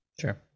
Sure